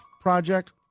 Project